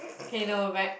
okay no back